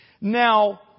Now